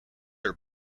are